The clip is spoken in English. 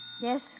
Yes